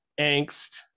angst